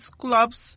clubs